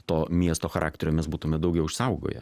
to miesto charakterio mes būtume daugiau išsaugoję